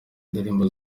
indirimbo